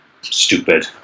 stupid